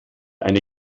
eine